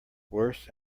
worse